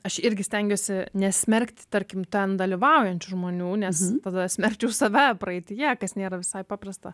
aš irgi stengiuosi nesmerkt tarkim ten dalyvaujančių žmonių nes tada smerkčiau save praeityje kas nėra visai paprasta